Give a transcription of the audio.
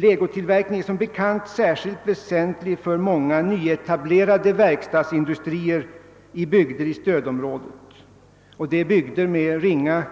Legotillverkningen är som bekant särskilt väsentlig för många nyetablerade verkstadsindustrier inom stödområdet. Dessa återfinns i bygder med ringa